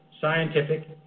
scientific